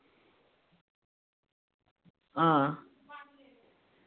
आं